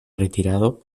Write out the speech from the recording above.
retirado